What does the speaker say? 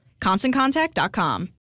ConstantContact.com